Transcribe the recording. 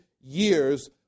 years